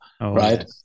right